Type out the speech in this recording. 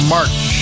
March